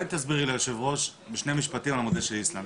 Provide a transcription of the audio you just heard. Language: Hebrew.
תסבירי ליושב ראש בשני משפטים על המודל של איסלנד,